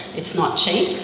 it's not cheap,